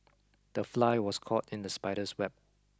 the fly was caught in the spider's web